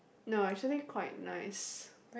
no actually quite nice